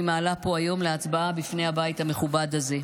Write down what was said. מעלה פה היום להצבעה בפני הבית המכובד הזה.